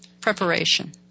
preparation